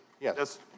Yes